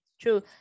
True